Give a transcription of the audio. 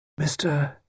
Mr